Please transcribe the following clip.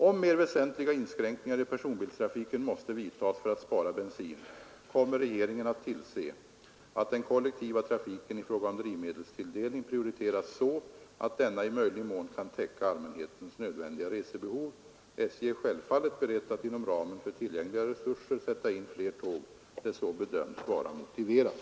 Om mer väsentliga inskränkningar i personbilstrafiken måste vidtas för att spara bensin kommer regeringen att tillse att den kollektiva trafiken i fråga om drivmedelstilldelning prioriteras så att denna i möjlig mån kan täcka allmänhetens nödvändiga resebehov. SJ är självfallet berett att inom ramen för tillgängliga resurser sätta in fler tåg där så bedöms vara motiverat.